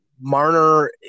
Marner